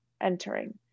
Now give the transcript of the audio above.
entering